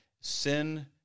sin